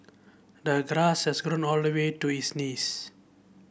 the grass has grown all the way to his knees